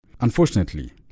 Unfortunately